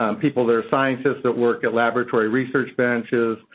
um people that are scientists that work at laboratory research benches,